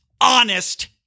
honest